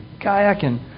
kayaking